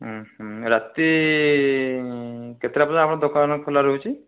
ହଁ ହଁ ରାତି କେତେଟା ପର୍ଯ୍ୟନ୍ତ ଦୋକାନ ଖୋଲା ରହୁଛି